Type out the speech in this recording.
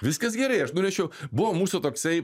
viskas gerai aš norėčiau buvo mūsų toksai